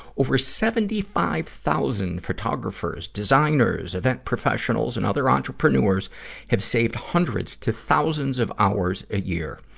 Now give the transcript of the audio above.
over seventy five thousand photographers, designers, event professionals, and other entrepreneurs have saved hundreds to thousands of hours a year.